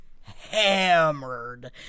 hammered